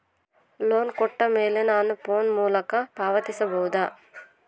Loan ಕೊಟ್ಟ ಮೇಲೆ ನಾನು ಫೋನ್ ಮೂಲಕ ಪಾವತಿಸಬಹುದಾ?